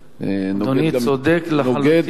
אדוני צודק לחלוטין.